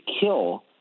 kill